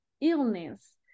illness